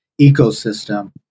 ecosystem